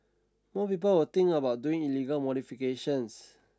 more people will think about doing illegal modifications